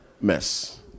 mess